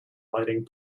lighting